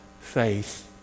faith